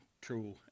true